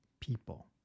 people